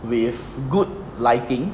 with good lighting